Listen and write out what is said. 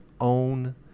own